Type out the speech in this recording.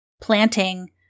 planting